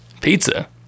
Pizza